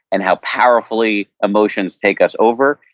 and how powerfully emotions take us over,